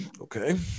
Okay